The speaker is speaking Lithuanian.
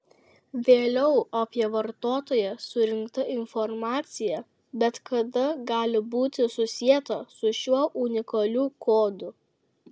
vėliau apie vartotoją surinkta informacija bet kada gali būti susieta su šiuo unikaliu kodu